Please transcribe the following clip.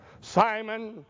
Simon